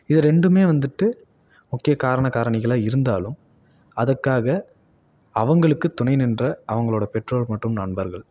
இது ரெண்டுமே வந்துவிட்டு முக்கிய காரண காரணிகளாக இருந்தாலும் அதுக்காக அவங்களுக்கு துணை நின்ற அவங்களோட பெற்றோர் மற்றும் நண்பர்கள்